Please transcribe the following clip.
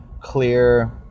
clear